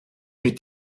mit